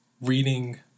reading